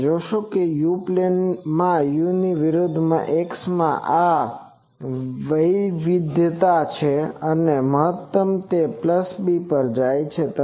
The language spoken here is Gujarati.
તમે જોશો કે u પ્લેન માં u વિરુદ્ધ x માં આ વૈવિધ્યતા છે અને મહત્તમ તે b પર જાય છે